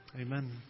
Amen